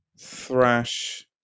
thrash